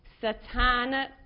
Satan